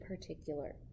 particular